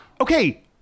Okay